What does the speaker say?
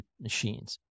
machines